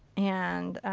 and,